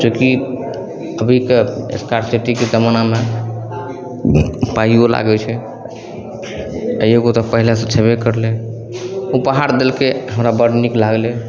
चूँकि अभीके स्कारसिटीके जमानामे पाइओ लागै छै एगो तऽ पहिलेसे छेबे करलै उपहार देलकै हमरा बड़ नीक लागलै